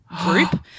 group